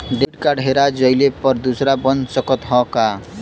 Debit card हेरा जइले पर दूसर बन सकत ह का?